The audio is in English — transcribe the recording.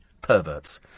Perverts